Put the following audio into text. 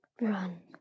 run